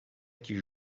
que